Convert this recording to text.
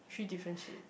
three different shades